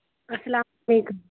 اَسلام علیکُم